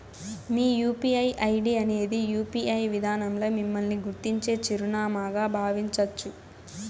మీ UPI ID అనేది UPI విదానంల మిమ్మల్ని గుర్తించే చిరునామాగా బావించచ్చు